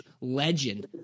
legend